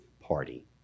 party